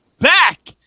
back